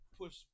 push